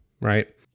right